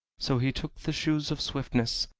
so he took the shoes of swiftness,